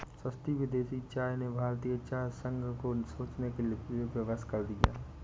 सस्ती विदेशी चाय ने भारतीय चाय संघ को सोचने के लिए विवश कर दिया है